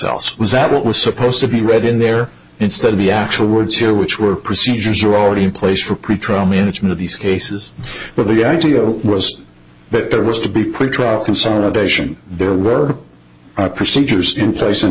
else was that what was supposed to be read in there instead of the actual words here which were procedures are already in place for pretrial management of these cases but the idea was that there was to be pretrial consolidation there were procedures in place in